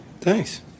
Thanks